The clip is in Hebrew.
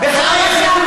בחייך,